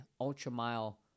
ultra-mile